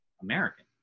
American